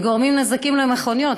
וגורמים נזקים למכוניות,